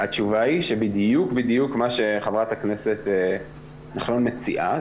התשובה היא שבדיוק מה שח"כ פרידמן מציעה,